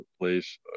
place